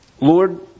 Lord